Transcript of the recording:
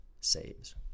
saves